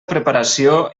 preparació